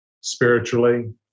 spiritually